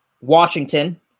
Washington